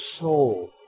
soul